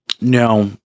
no